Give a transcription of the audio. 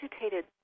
agitated